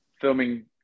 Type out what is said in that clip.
filming